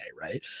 Right